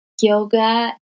yoga